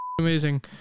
Amazing